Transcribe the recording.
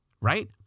Right